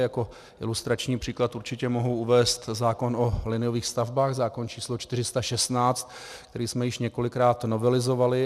Jako ilustrační příklad určitě mohu uvést zákon o liniových stavbách, zákon č. 416, který jsme již několikrát novelizovali.